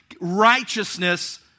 righteousness